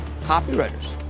copywriters